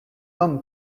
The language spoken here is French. homme